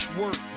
work